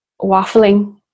waffling